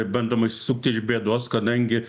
bandoma išsisukti iš bėdos kadangi